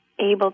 able